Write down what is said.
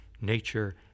nature